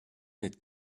n’êtes